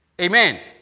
Amen